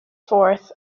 fourth